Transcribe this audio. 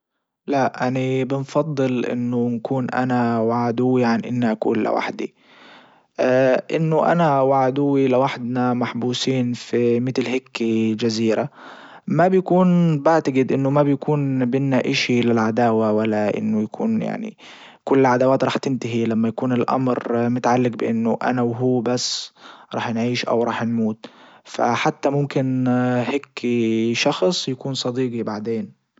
لأ اني بنفضل انه نكون انا وعدوي عن اني اكون لوحدي انه انا وعدوي لوحدنا محبوسين في متل هيكي جزيرة ما بكون بعتجد انه ما بكون بدنا اشي للعداوة ولا انه يكون يعني كل العداوات رح تنتهي لما يكون الامر متعلج بانه انا وهو بس راح نعيش او راح نموت فحتى ممكن هيكي شخص يكون صديجي بعدين.